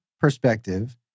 perspective